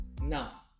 Now